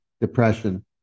depression